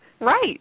Right